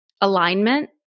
alignment